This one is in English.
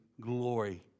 glory